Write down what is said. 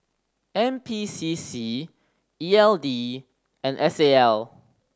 N P C C E L D and S A L